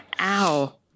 Ow